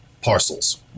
parcels